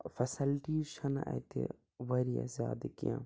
facilities چھَنہٕ اَتہِ واریاہ زیادٕ کیٚنٛہہ